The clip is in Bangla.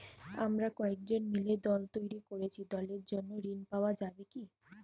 আমরা কয়েকজন মিলে দল তৈরি করেছি দলের জন্য ঋণ পাওয়া যাবে কি?